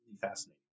fascinating